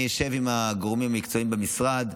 אני אשב עם הגורמים המקצועיים במשרד,